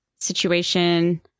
situation